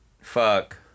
Fuck